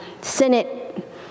Senate